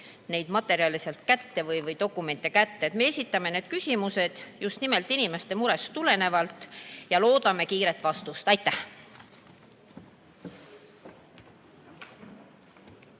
neid materjale või dokumente kätte. Me esitame need küsimused just nimelt inimeste murest tulenevalt ja loodame kiiret vastust. Aitäh!